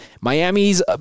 Miami's